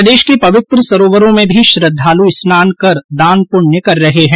प्रदेश के पवित्र सरोवरों में भी श्रद्वालू स्नान कर दानपुण्य कर रहे है